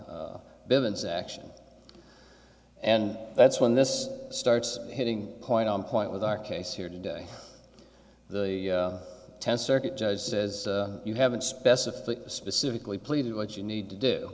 s action and that's when this starts hitting point on point with our case here today the tenth circuit judge says you haven't specified specifically pleaded what you need to do